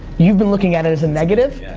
you've been looking at it as a negative.